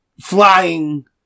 flying